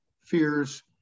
fears